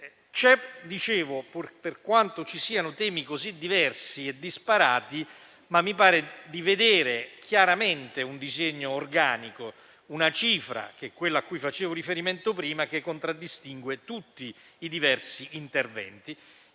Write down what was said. intervento. Per quanto i temi siano diversi e disparati, mi pare di vedere chiaramente un disegno organico, una cifra, che è quella cui facevo riferimento prima, che contraddistingue tutti i diversi interventi.